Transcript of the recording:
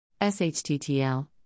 SHTTL